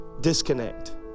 disconnect